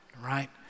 right